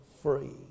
free